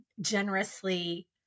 generously